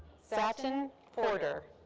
saten porter.